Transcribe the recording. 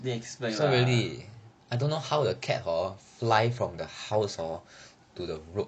didn't expect lah